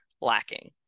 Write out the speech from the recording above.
lacking